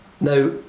Now